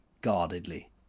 guardedly